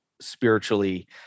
spiritually